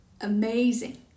Amazing